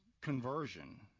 conversion